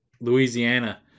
Louisiana